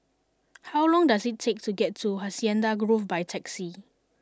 how long does it take to get to Hacienda Grove by taxi